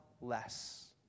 less